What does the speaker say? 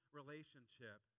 relationship